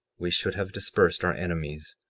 we should have dispersed our enemies,